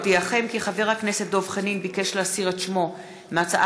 קובע שהצעת חוק נכסים של נספי השואה (השבה